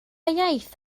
iaith